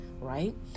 right